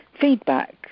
feedback